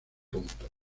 puntos